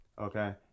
Okay